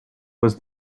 was